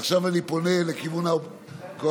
עכשיו אני פונה לכיוון הקואליציה,